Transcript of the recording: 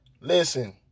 Listen